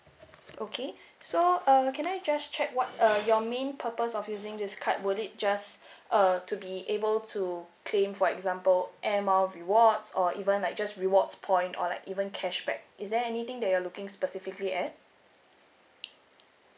okay so uh can I just check what uh your main purpose of using this card would it just uh to be able to claim for example air miles rewards or even like just rewards point or like even cashback is there anything that you looking specifically at